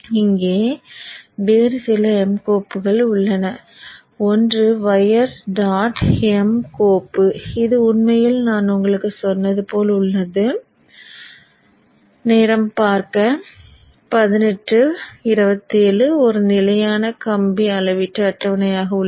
இங்கே வேறு சில m கோப்புகள் உள்ளன ஒன்று வயர்ஸ் டாட் எம் கோப்பு இது உண்மையில் நான் உங்களுக்குச் சொன்னது போல் உள்ளது நேரம் பார்க்க 1827 ஒரு நிலையான கம்பி அளவீட்டு அட்டவணை உள்ளது